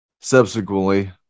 Subsequently